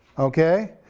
okay?